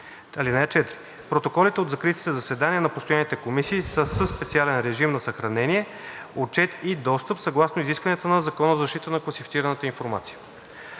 (4) Протоколите от закритите заседания на постоянните комисии са със специален режим на съхранение, отчет и достъп съгласно изискванията на Закона за защита на класифицираната информация.“